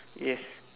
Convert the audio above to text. yes